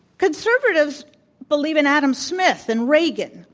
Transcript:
conservatives believe in adam smith, and reagan,